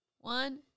One